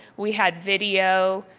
we had video.